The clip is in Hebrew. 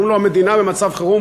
ואומרים לו: המדינה במצב חירום,